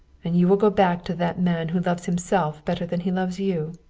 and you will go back to that man who loves himself better than he loves you?